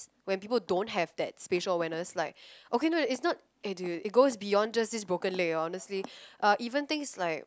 when people don't have that spatial awareness like okay no it's not eh dude it goes beyond just this broken leg lor honestly even things like